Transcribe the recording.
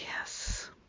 Yes